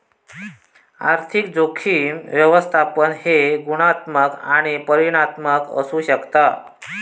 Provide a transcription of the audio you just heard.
आर्थिक जोखीम व्यवस्थापन हे गुणात्मक आणि परिमाणात्मक असू शकता